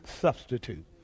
substitute